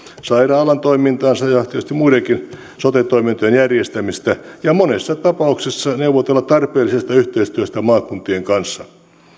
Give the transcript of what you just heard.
sairaalatoimintansa ja tietysti muidenkin sote toimintojen järjestämisestä ja monessa tapauksessa neuvotella tarpeellisesta yhteistyöstä maakuntien kanssa